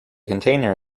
container